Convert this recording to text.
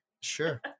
sure